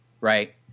right